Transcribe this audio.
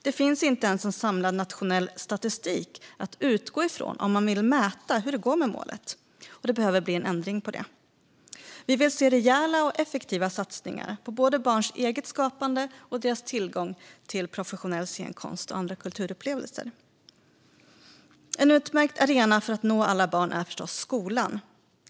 Det finns inte ens en samlad nationell statistik att utgå ifrån om man vill mäta hur det går med målet. Det behöver bli en ändring på det! Vi vill se rejäla och effektiva satsningar på både barns eget skapande och deras tillgång till professionell scenkonst och andra kulturupplevelser. En utmärkt arena för att nå alla barn är förstås skolan.